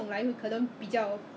but 现在是问问